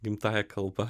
gimtąja kalba